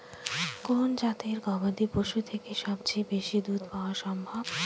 কোন জাতের গবাদী পশু থেকে সবচেয়ে বেশি দুধ পাওয়া সম্ভব?